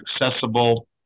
accessible